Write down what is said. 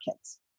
kids